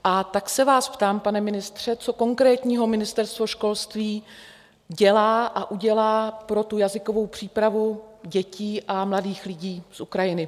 A tak se vás ptám, pane ministře, co konkrétního Ministerstvo školství dělá a udělá pro jazykovou přípravu dětí a mladých lidí z Ukrajiny.